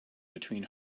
between